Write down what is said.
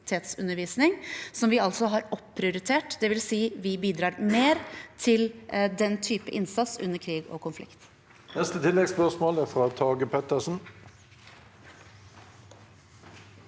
som vi altså har prioritert opp, dvs. vi bidrar mer til den type innsats under krig og konflikt.